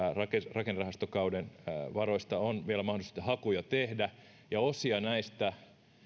rakennerahastokauden varoista on vielä mahdollista hakuja tehdä ja osia näistä